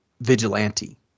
vigilante